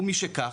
ומשכך,